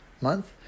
month